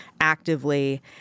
actively